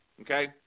Okay